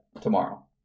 tomorrow